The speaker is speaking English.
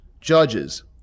judges